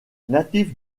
natif